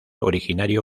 originario